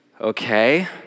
okay